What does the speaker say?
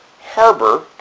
harbor